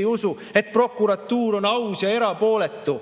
ei usu, et prokuratuur on aus ja erapooletu.